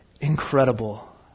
incredible